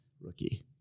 Rookie